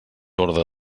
orde